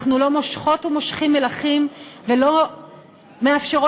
אנחנו לא מושחות ומושחים מלכים ולא מאפשרות